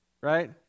Right